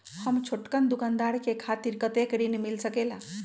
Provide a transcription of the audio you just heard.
हम छोटकन दुकानदार के खातीर कतेक ऋण मिल सकेला?